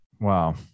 Wow